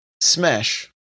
Smash